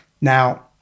Now